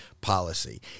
policy